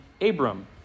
Abram